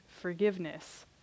forgiveness